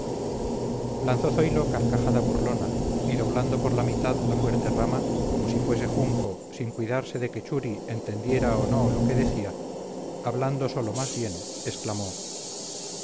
lanzó zoilo carcajada burlona y doblando por la mitad la fuerte rama como si fuese junco sin cuidarse de que churi entendiera o no lo que decía hablando solo más bien exclamó